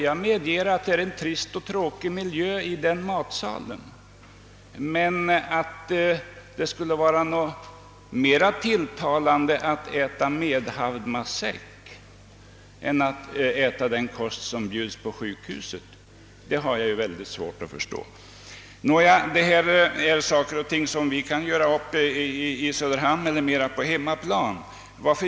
Jag medger att det är en trist och tråkig miljö, men att det skulle vara mera tilltalande att äta medhavd matsäck än att äta den kost som bjuds på sjukhuset har jag mycket svårt att förstå. Detta är emellertid saker om vilka vi kan göra upp mera på hemmaplan.